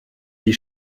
die